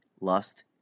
lust